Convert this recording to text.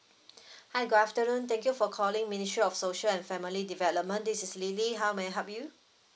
hi good afternoon thank you for calling ministry of social and family development this is lily how may I help you